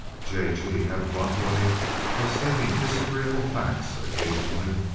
j. g. had a blunt way of stating disagreeable facts, occasionally.